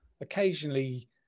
Occasionally